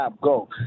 go